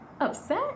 Upset